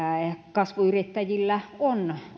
kasvuyrittäjillä on